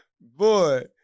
boy